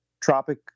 tropic